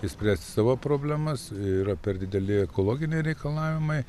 išspręsti savo problemas yra per dideli ekologiniai reikalavimai